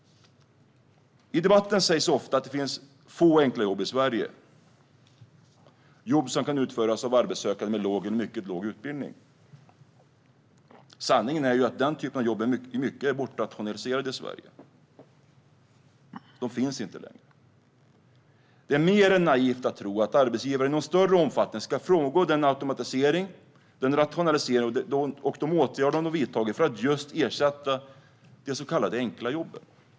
I debatten sägs ofta att det finns få enkla jobb i Sverige - jobb som kan utföras av arbetssökande med låg eller mycket låg utbildning. Sanningen är att den typen av jobb till stor del är bortrationaliserade i Sverige. De finns inte längre. Det är mer än naivt att tro att arbetsgivare i någon större omfattning ska frångå den automatisering, den rationalisering och de åtgärder som de har vidtagit för att just ersätta de så kallade enkla jobben.